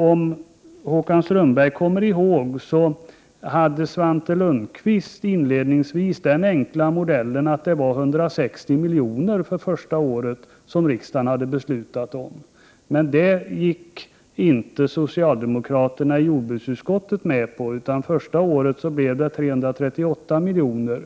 Om Håkan Strömberg kommer ihåg det, så hade Svante Lundkvist inledningsvis den enkla modellen att det var 160 miljoner för första året som riksdagen hade beslutat om, men det gick inte socialdemokraterna i jordbruksutskottet med på, utan första året blev det 338 miljoner,